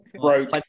Broke